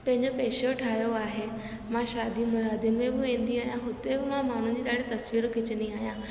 पंहिंजो पेशो ठाहियो आहे मां शादियुनि मुरादियुनि में बि वेंदी आहियां हुते बि मां माण्हुनि जी ॾाढी तस्वीरूं खिचंदी आहियां